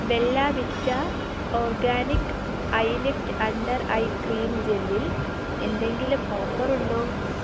Bella Vita organic eye lift under eye cream ജെല്ലിൽ എന്തെങ്കിലും offer ഉണ്ടോ